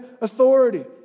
authority